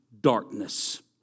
darkness